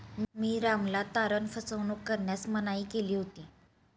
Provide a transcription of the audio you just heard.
मी रामला तारण फसवणूक करण्यास मनाई केली होती